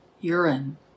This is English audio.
urine